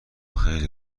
خیلی